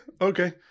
okay